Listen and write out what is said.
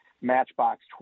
Matchbox